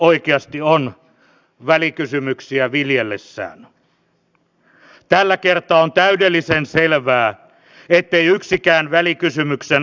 lisäksi kuluihin vaikuttavat muun muassa turvapaikkahakemuskäsittelyn nopeus sekä kielteisen päätöksen saaneiden palautusprosentti